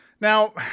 Now